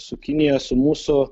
su kinija su mūsų